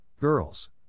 Girls